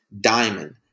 diamond